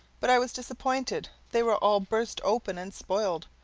but i was disappointed they were all burst open and spoiled.